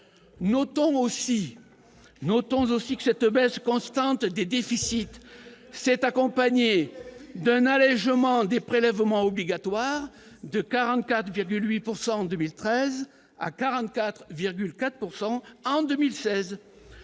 notons aussi que cette baisse constante des déficits s'est accompagnée d'un allégement des prélèvements obligatoires de 44,8 pourcent en en 2013